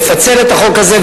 לפצל את החוק הזה,